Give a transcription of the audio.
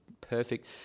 perfect